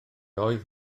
oedd